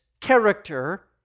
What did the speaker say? character